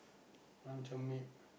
luncheon meat